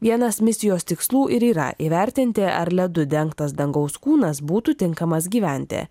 vienas misijos tikslų ir yra įvertinti ar ledu dengtas dangaus kūnas būtų tinkamas gyventi